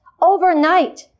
overnight